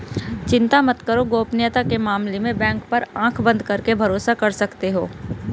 चिंता मत करो, गोपनीयता के मामले में बैंक पर आँख बंद करके भरोसा कर सकते हो